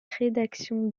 rédaction